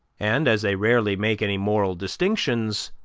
and, as they rarely make any moral distinctions,